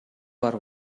бар